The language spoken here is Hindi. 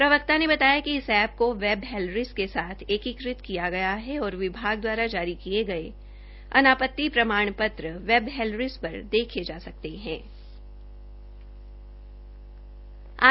प्रवक्ता ने बताया कि इस एप्प की वेब पोर्टल हैलरिस के साथ एकीकृति किया गया है और विभाग द्वारा जारी किये गये अनापत्ति प्रमाण पत्र वेब हैलरिस पर देखें जा सकेंगे